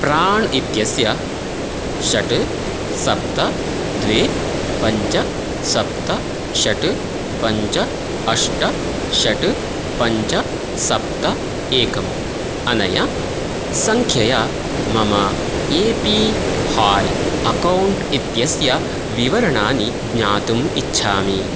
प्राण् इत्यस्य षट् सप्त द्वे पञ्च सप्त षट् पञ्च अष्ट षट् पञ्च सप्त एकम् अनया सङ्ख्यया मम ए पी हाय् अकौण्ट् इत्यस्य विवरणानि ज्ञातुम् इच्छामि